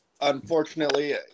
Unfortunately